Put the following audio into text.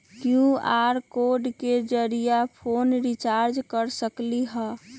QR code के जरिय phone recharge कर सकली ह?